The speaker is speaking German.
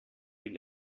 will